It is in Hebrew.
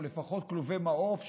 או לפחות לכלובי מעוף,